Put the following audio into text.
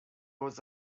was